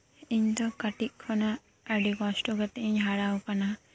ᱤᱧ ᱫᱚ ᱠᱟᱹᱴᱤᱡ ᱠᱷᱚᱱᱟᱜ ᱟᱹᱰᱤ ᱠᱚᱥᱴᱚ ᱠᱟᱛᱮᱫ ᱤᱧ ᱦᱟᱨᱟᱣᱟᱠᱟᱱᱟ